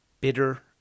bitter